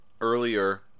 earlier